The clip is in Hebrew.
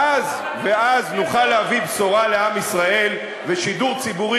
ואז נוכל להביא בשורה לעם ישראל ושידור ציבורי